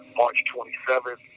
march twenty seven,